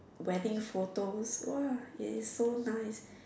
wedding photos !wah! it's so nice